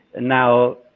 now